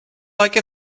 like